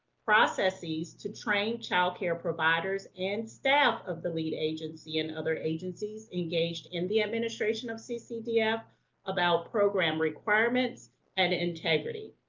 processes to train child care providers and staff of the lead agency and other agencies engaged in the administration of ccdf about program requirements and integrity.